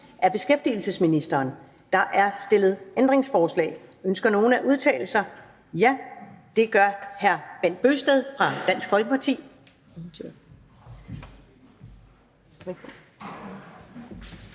(Karen Ellemann): Der er stillet ændringsforslag. Ønsker nogen at udtale sig? Ja, det gør hr. Bent Bøgsted fra Dansk Folkeparti.